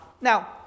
Now